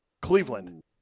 Cleveland